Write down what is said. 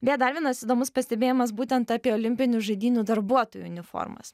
beje dar vienas įdomus pastebėjimas būtent apie olimpinių žaidynių darbuotojų uniformas